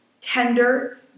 tender